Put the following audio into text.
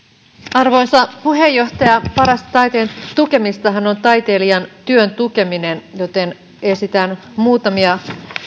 arvoisa puheenjohtaja parasta taiteen tukemistahan on taiteilijan työn tukeminen joten esitän muutamia